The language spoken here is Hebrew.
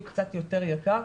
הוא קצת יותר יקר,